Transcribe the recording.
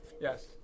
yes